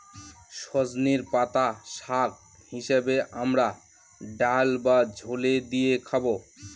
সজনের পাতা শাক হিসেবে আমরা ডাল বা ঝোলে দিয়ে খাবো